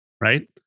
right